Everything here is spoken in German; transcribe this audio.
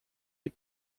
die